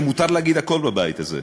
שמותר להגיד הכול בבית הזה.